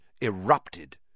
erupted